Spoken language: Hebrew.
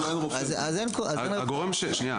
אז הם קובעים --- שנייה,